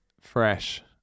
fresh